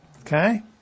okay